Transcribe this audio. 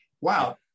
Wow